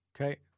Okay